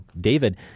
David